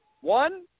One